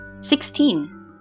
Sixteen